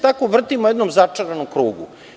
Tako se vrtimo u jednom začaranom krugu.